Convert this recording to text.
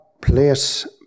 place